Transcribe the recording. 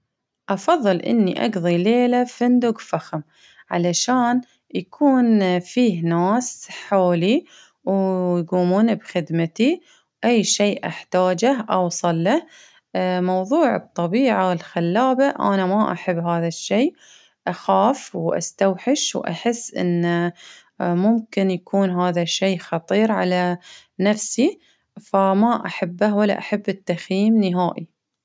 أفظل إني أقظي ليلة في فندق فخم ،علشان يكون فيه ناس حولي ويقومون بخدمتي ،أي شي أحتاجه أوصل له، موظوع الطبيعة الخلابة، أنا ما احب هذا الشي، أخاف واستوحش ،وأحس إن ممكن يكون هذا الشئ خطير علي نفسي، فما أحبة ولا أحب التخييم نهائي.